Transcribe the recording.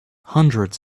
hundreds